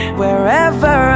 wherever